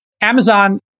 Amazon